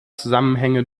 zusammenhänge